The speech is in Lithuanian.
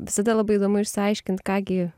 visada labai įdomu išsiaiškint ką gi